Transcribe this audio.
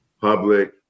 public